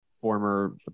former